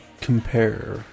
Compare